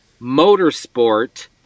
motorsport